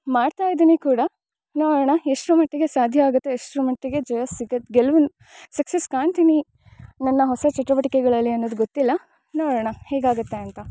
ಮಾಡ್ತಾ ಇದೀನಿ ಕೂಡ ನೊಡೊಣ ಎಷ್ಟರ ಮಟ್ಟಿಗೆ ಸಾಧ್ಯ ಆಗುತ್ತೆ ಎಷ್ಟರ ಮಟ್ಟಿಗೆ ಜಯ ಸಿಗುತ್ತೆ ಗೆಲ್ವುನ್ನ ಸಕ್ಸಸ್ ಕಾಣ್ತೀನಿ ನನ್ನ ಹೊಸ ಚಟುವಟಿಕೆಗಳಲ್ಲಿ ಅನ್ನೊದು ಗೊತ್ತಿಲ್ಲ ನೊಡೊಣ ಹೇಗೆ ಆಗುತ್ತೆ ಅಂತ